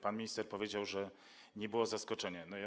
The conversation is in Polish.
Pan minister powiedział, że nie było zaskoczenia.